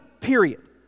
period